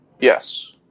Yes